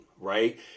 right